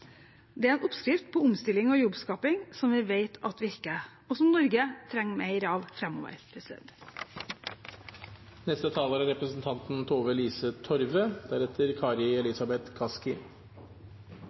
Det er en oppskrift på omstilling og jobbskaping som vi vet at virker, og som Norge trenger mer av framover. Arbeiderpartiet ønsker et samfunn med små forskjeller og er